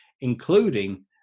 including